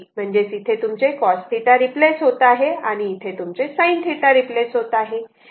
म्हणजेच इथे तुमचे cos θ रिप्लेस होत आहे आणि इथे तुमचे sin θ रिप्लेस होत आहे